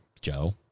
Joe